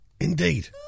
Indeed